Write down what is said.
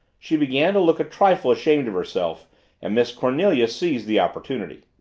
she began to look a trifle ashamed of herself and miss cornelia seized the opportunity.